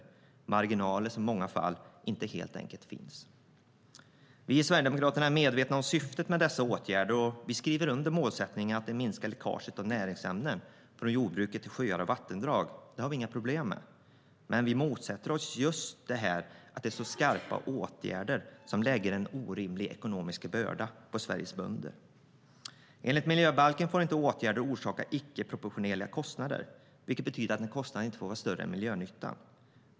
Det är marginaler som i många fall helt enkelt inte finns. Enligt miljöbalken får åtgärder inte orsaka icke-proportionerliga kostnader, vilket betyder att en kostnad inte får vara större än miljönyttan.